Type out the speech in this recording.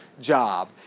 job